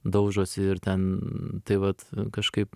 daužosi ir ten tai vat kažkaip